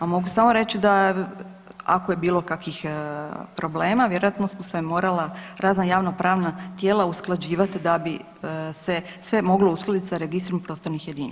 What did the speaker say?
A mogu samo reći da, ako je bilo kakvih problema, vjerojatno smo se morala razna javnopravna tijela usklađivati da bi se sve moglo uskladiti s Registrom prostornih jedinica.